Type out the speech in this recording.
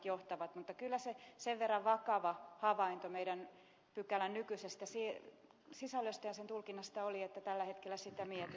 mutta kyllä se sen verran vakava havainto pykälän nykyisestä sisällöstä ja sen tulkinnasta oli että tällä hetkellä sitä mietitään